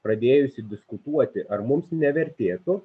pradėjusi diskutuoti ar mums nevertėtų